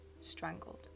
strangled